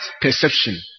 perception